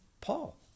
Paul